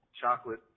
chocolate